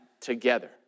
together